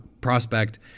prospect